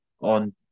on